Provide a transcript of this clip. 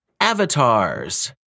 Avatars